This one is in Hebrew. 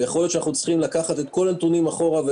ויכול להיות שאנחנו צריכים לקחת את כל הנתונים אחורה,